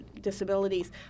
disabilities